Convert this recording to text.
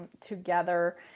together